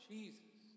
Jesus